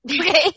Okay